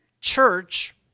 church